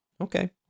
Okay